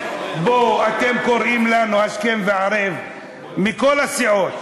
אתם קוראים לנו השכם והערב מכל הסיעות: